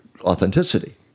authenticity